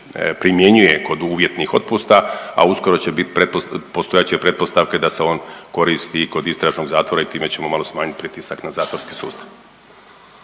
primjenjuje kod uvjetnih otpusta, a uskoro će bit, postojat će pretpostavka i da se on koristi kod i kod istražnog zatvora i time ćemo malo smanjiti pritisak na zatvorski sustav.